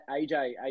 AJ